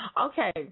Okay